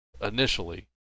initially